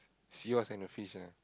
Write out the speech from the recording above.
seahorse and a fish uh